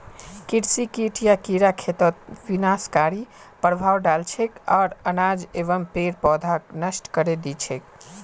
कृषि कीट या कीड़ा खेतत विनाशकारी प्रभाव डाल छेक आर अनाज एवं पेड़ पौधाक नष्ट करे दी छेक